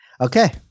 Okay